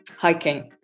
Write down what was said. Hiking